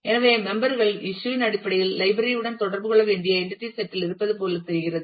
எனவே மெம்பர் கள் இஸ்யூ யின் அடிப்படையில் லைப்ரரி உடன் தொடர்பு கொள்ள வேண்டிய என்டிடி செட் இல் இருப்பது போல் தெரிகிறது